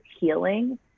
healing